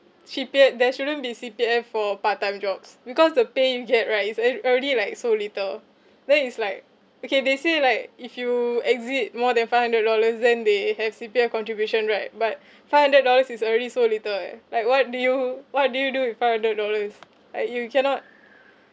C_P_F there shouldn't be C_P_F for part time jobs because the pay you get right it's alre~ already like so little then it's like okay they say like if you exceed more than five hundred dollars then they have C_P_F contribution right but five hundred dollars is already so little eh like what do you what do you do you with five hundred dollars like you cannot